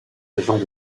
agents